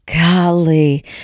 Golly